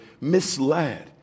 misled